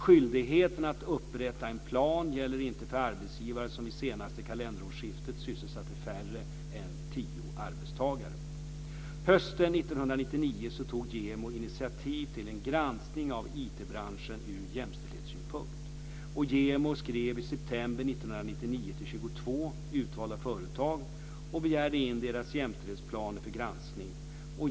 Skyldigheten att upprätta en plan gäller inte för arbetsgivare som vid senaste kalenderårsskifte sysselsatte färre än tio arbetstagare. Hösten 1999 tog JämO initiativ till en granskning av IT-branschen ur jämställdhetssynpunkt. JämO skrev i september 1999 till 22 utvalda företag och begärde in deras jämställdhetsplaner för granskning.